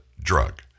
drug